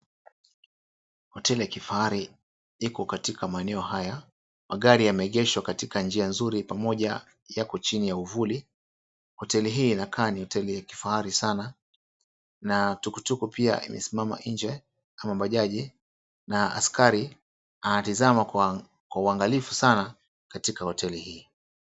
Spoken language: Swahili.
Hoteli ya kifahari iko katika maeneo haya. Magari yameegeshwa katika njia nzuri pamoja yako chini ya uvuli. Hoteli hii inakaa ni hoteli ya kifahari sana na tukutuku pia imesimama nje kama bajaji na askari anatizama kwa uangalifu sana katika hoteli hii.